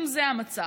אם זה המצב,